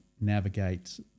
navigate